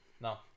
No